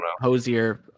Hosier